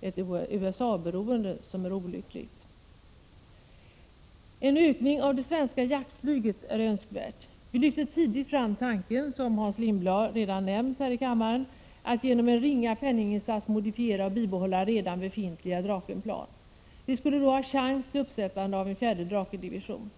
ett USA-beroende som är olyckligt. En ökning av det svenska jaktflyget är önskvärd. Vi lyfte tidigt fram tanken —- som Hans Lindblad redan nämnt här i kammaren — att genom en ringa penninginsats modifiera och bibehålla redan befintliga Drakenplan. Vi skulle då ha chans till uppsättande av en fjärde Drakendivision.